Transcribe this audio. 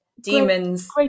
Demons